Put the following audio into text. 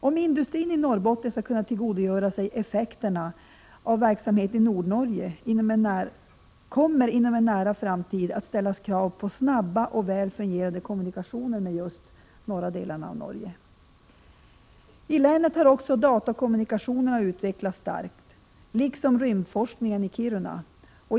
Om industrin i Norrbotten skall kunna tillgodogöra sig effekterna av verksamhet i Nordnorge, kommer inom en nära framtid att ställas krav på snabba och väl fungerande kommunikationer med just norra delarna av Norge. I länet har också datakommunikation utvecklats starkt, liksom rymdforskningen i Kiruna.